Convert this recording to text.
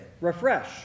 refresh